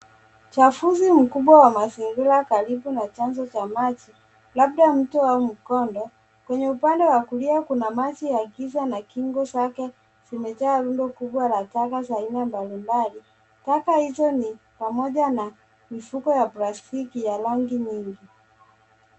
Uchafuzi mkubwa wa mazingira karibu na chanzo cha maji, labda mto au mkondo. Kwenye upande wa kulia kuna maji ya giza na kingo zake zimejaa rundo kubwa la taka za aina mbalimbali. Taka hizo ni pamoja na mifuko ya plastiki ya rangi nyingi.